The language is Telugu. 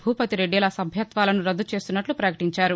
భూపతి రెడ్టిల సభ్యత్వాలను రద్దు చేస్తున్నట్ల పకటించారు